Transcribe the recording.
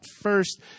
first